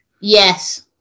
Yes